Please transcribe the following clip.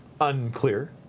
unclear